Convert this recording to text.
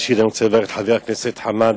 ראשית אני רוצה לברך את חבר הכנסת חמד